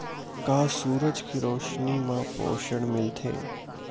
का सूरज के रोशनी म पोषण मिलथे?